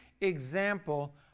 example